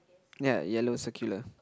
ya yellow circular